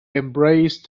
embraced